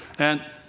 and